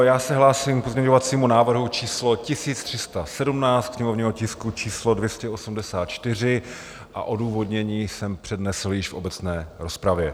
Já se hlásím k pozměňovacímu návrhu číslo 1317 sněmovního tisku číslo 284 a odůvodnění jsem přednesl již v obecné rozpravě.